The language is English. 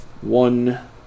One